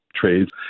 trades